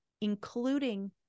including